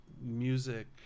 music